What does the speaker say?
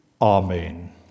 Amen